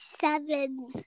seven